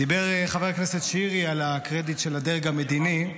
דיבר חבר הכנסת שירי על הקרדיט של הדרג המדיני,